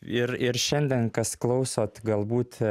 ir ir šiandien kas klausot galbūt